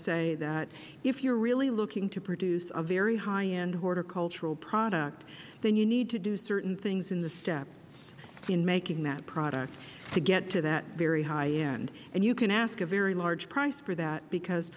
say that if you are really looking to produce a very high end horticultural product then you need to do certain things within the steps in making that product to get to that very high end you can ask a very large price for that because